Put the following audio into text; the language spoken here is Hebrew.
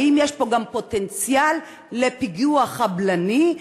האם יש פה פוטנציאל לפיגוע חבלני?